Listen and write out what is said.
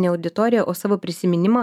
ne auditoriją o savo prisiminimą